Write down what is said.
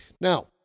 Now